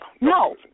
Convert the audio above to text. No